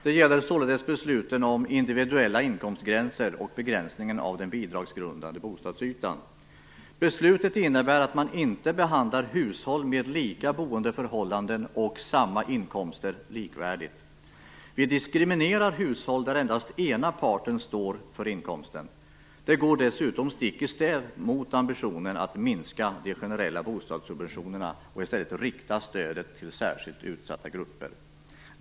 Det gäller således besluten om individuella inkomstgränser och begränsningen av den bidragsgrundande bostadsytan. Beslutet innebär att man inte behandlar hushåll med lika boendeförhållanden och samma inkomster likvärdigt. Vi diskriminerar hushåll där endast ena parten står för inkomsten. Det går dessutom stick i stäv mot ambitionen att minska de generella bostadssubventionerna och i stället rikta stödet till särskilt utsatta grupper.